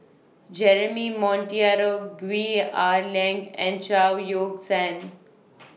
Jeremy Monteiro Gwee Ah Leng and Chao Yoke San